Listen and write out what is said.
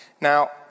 Now